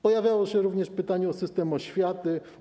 Pojawiało się również pytanie o system oświaty.